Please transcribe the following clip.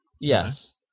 Yes